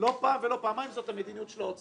אגב, אני חושב שלא פעם זו המדיניות של האוצר.